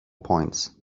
points